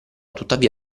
tuttavia